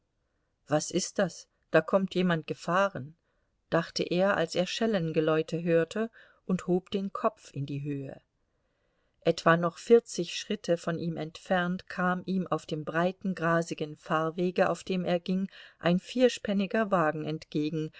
was ist das da kommt jemand gefahren dachte er als er schellengeläute hörte und hob den kopf in die höhe etwa noch vierzig schritte von ihm entfernt kam ihm auf dem breiten grasigen fahrwege auf dem er ging ein vierspänniger wagen entgegen